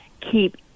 keep